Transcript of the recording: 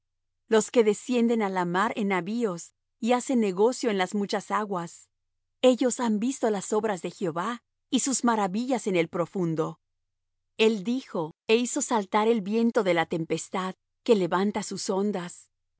los que descienden á la mar en navíos y hacen negocio en las muchas aguas ellos han visto las obras de jehová y sus maravillas en el profundo el dijo é hizo saltar el viento de la tempestad que levanta sus ondas